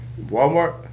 Walmart